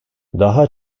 daha